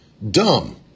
dumb